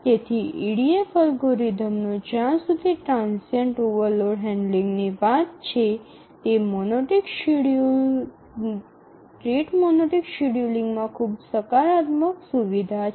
તેથી ઇડીએફ અલ્ગોરિધમનો જ્યાં સુધી ટ્રાનઝિયન્ટ ઓવરલોડ હેન્ડલિંગની વાત છે તે રેટ મોનોટિક શેડ્યૂલિંગ માં ખૂબ સકારાત્મક સુવિધા છે